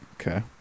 Okay